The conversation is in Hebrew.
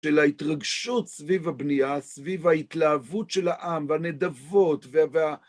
של ההתרגשות סביב הבנייה, סביב ההתלהבות של העם, והנדבות, וה...